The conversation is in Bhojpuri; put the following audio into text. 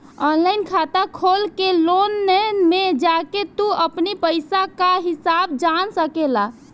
ऑनलाइन खाता खोल के लोन में जाके तू अपनी पईसा कअ हिसाब जान सकेला